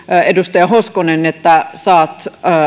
edustaja hoskonen että saat